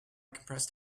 compressed